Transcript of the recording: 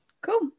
cool